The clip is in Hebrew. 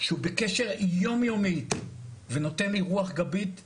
שהוא בקשר יום-יומי איתי ונותן לי רוח גבית מטורפת.